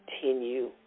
continue